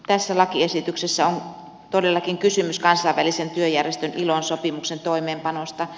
tässä lakiesityksessä on todellakin kysymys kansainvälisen työjärjestön ilon sopimuksen toimeenpanosta